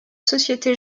société